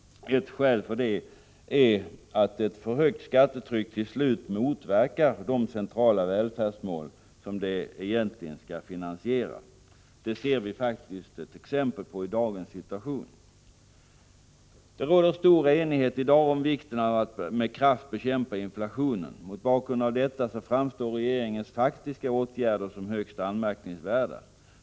Ett skäl för det är att ett för högt skattetryck till slut motverkar de centrala välfärdsmål som det egentligen skall finansiera. Det ser vi faktiskt ett exempel på i dagens situation. Det råder stor enighet i dag om vikten av att med kraft bekämpa inflationen. Mot bakgrund av detta framstår regeringens faktiska åtgärder som högst anmärkningsvärda.